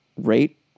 rate